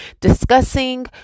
discussing